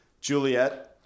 Juliet